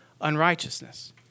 unrighteousness